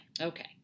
okay